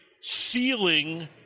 sealing